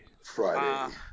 Friday